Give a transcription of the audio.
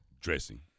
Dressing